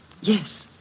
Yes